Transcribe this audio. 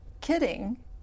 kidding